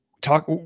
talk